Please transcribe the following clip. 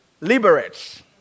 liberates